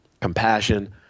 compassion